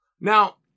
Now